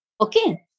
Okay